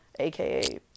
AKA